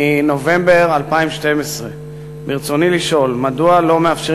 מנובמבר 2012. רצוני לשאול: 1. מדוע אין